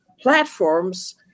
platforms